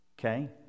Okay